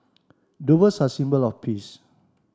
doves are a symbol of peace